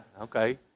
okay